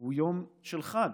הוא יום של חג.